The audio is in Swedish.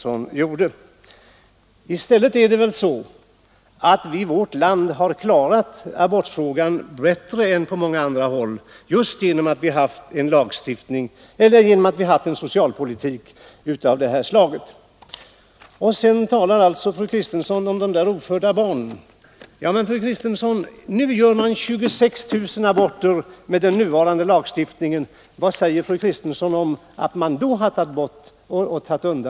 Men det är väl i stället så att vi i vårt land har klarat abortfrågan bättre än på många andra håll just på grund av den socialpolitik som förts. Fru Kristensson talar vidare om de ofödda barnens rättsskydd. Men, fru Kristensson, med nuvarande lagstiftning utförs 26 000 aborter årligen. Vad säger fru Kristensson om detta?